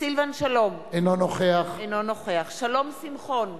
סילבן שלום, אינו נוכח שלום שמחון,